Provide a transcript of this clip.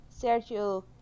Sergio